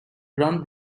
ground